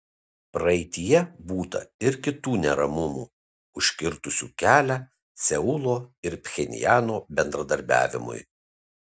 praeityje būta ir kitų neramumų užkirtusių kelią seulo ir pchenjano bendradarbiavimui